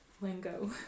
lingo